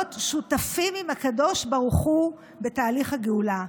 שותפים עם הקדוש ברוך הוא בתהליך הגאולה,